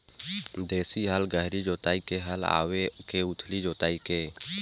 देशी हल गहरी जोताई के हल आवे के उथली जोताई के?